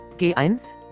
G1